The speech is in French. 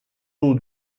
eau